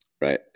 Right